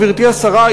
גברתי השרה,